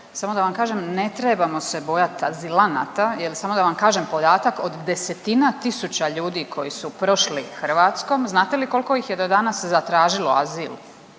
Samo da vam kažem ne trebamo se bojat azilanata jer samo da vam kažem podatak od desetina tisuća ljudi koji su prošli Hrvatskom znate li koliko ih je do danas zatražilo azil?